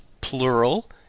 plural